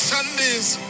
Sunday's